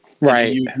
Right